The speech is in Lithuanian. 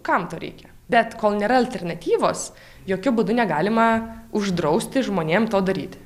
kam to reikia bet kol nėra alternatyvos jokiu būdu negalima uždrausti žmonėm to daryti